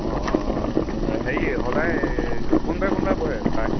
অঁ অঁ অঁ অঁ অঁ হেৰি সদায় কোনবাৰে কোনবাৰে বহে ছাৰ